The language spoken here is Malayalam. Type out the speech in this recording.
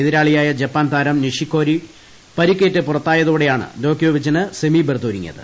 എതിരാളിയായ ജപ്പാൻ താരം നിഷിക്കോരി പരിക്കേറ്റ് പുറത്തായതോടെയാണ് ദ്യോക്കോവിച്ചിന് സെമിബർത്ത് ഒരുങ്ങിയത്